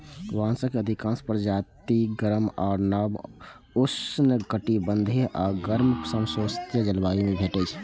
बांसक अधिकांश प्रजाति गर्म आ नम उष्णकटिबंधीय आ गर्म समशीतोष्ण जलवायु मे भेटै छै